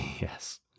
Yes